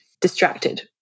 distracted